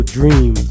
Dream